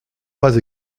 pas